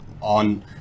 on